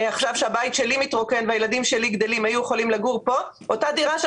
עכשיו כשהבית שלי מתרוקן והילדים שלי גדלים אותה דירה של